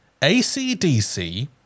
ACDC